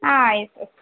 ആ yes yes